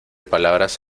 palabras